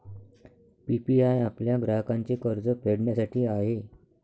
PPI आपल्या ग्राहकांचे कर्ज फेडण्यासाठी आहे